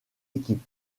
équipe